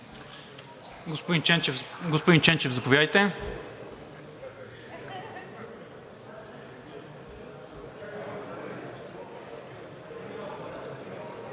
Господин Ченчев, заповядайте.